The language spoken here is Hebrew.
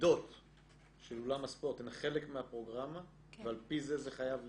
המידות של אולם הספורט הם חלק מהפרוגרמה ועל פי זה חייב להיות?